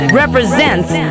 represents